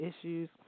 issues